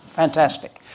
fantastic,